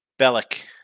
Bellick